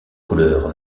couleur